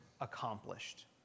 accomplished